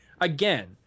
again